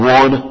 one